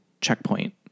checkpoint